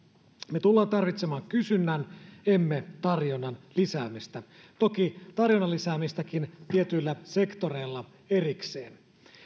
me tulemme tarvitsemaan kysynnän emme tarjonnan lisäämistä toki tarjonnan lisäämistäkin tietyillä sektoreilla erikseen